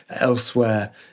elsewhere